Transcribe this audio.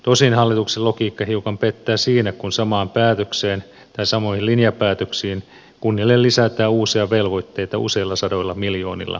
tosin hallituksen logiikka hiukan pettää siinä kun samoihin linjapäätöksiin kunnille lisätään uusia velvoitteita useilla sadoilla miljoonilla euroilla